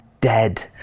dead